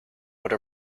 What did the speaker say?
would